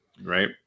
Right